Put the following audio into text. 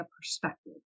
perspective